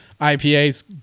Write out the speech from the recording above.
IPAs